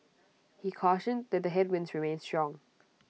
he cautioned that the headwinds remain strong